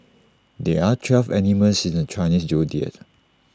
there are twelve animals in the Chinese Zodiac